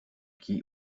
qui